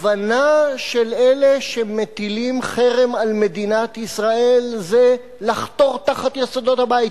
כוונתם של אלה שמטילים חרם על מדינת ישראל היא לחתור תחת יסודות הבית,